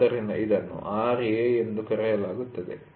ಆದ್ದರಿಂದ ಇದನ್ನು Ra ಎಂದು ಕರೆಯಲಾಗುತ್ತದೆ